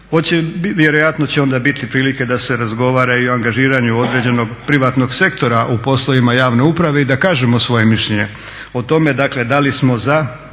Vjerojatno će onda biti prilike da se razgovara i o angažiranju određenog privatnog sektora u poslovima javne uprave i da kažemo svoje mišljenje o tome dakle da li smo za